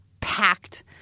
packed